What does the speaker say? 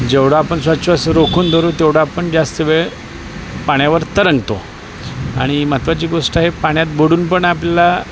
जेवढं आपण श्वासोच्छ्ववास रोखून धरू तेवढं आपण जास्त वेळ पाण्यावर तरंगतो आणि महत्त्वाची गोष्ट आहे पाण्यात बुडून पण आपल्याला